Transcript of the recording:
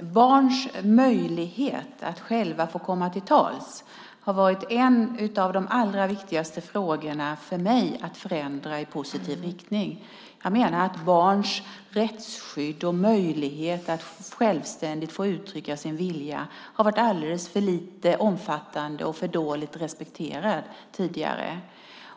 barns möjlighet att själva få komma till tals har varit en av de allra viktigaste frågorna för mig att förändra i positiv riktning. Jag menar att barns rättsskydd och möjlighet att självständigt få uttrycka sin vilja har tidigare haft en alldeles för liten omfattning och varit för dåligt respekterad.